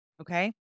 Okay